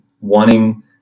wanting